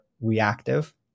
reactive